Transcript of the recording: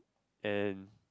and